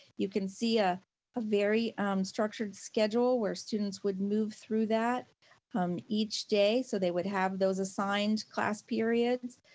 you can see a ah very structured schedule schedule where students would move through that each day, so they would have those assigned class periods.